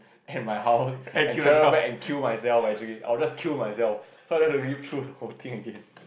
and my house and travel back and kill myself actually I will just kill myself so I don't have to live through the whole thing again